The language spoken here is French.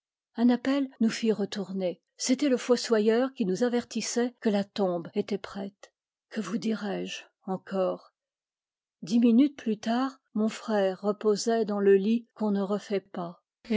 un appel nous fit retourner c'était le fossoyeur qui nous avertissait que la tombe était prête que vous dirai-je encore dix minutes plus tard mon frère reposait dans le lit qu'on ne refait pas